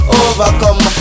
overcome